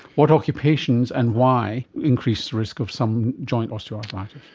what occupations and why increase the risk of some joint osteoarthritis?